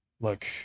look